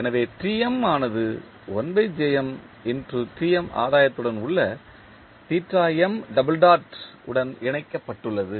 எனவே ஆனது ஆதாயத்துடன் உள்ள உடன் இணைக்கப்பட்டுள்ளது